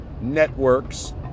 networks